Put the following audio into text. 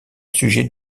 sujet